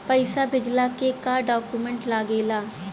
पैसा भेजला के का डॉक्यूमेंट लागेला?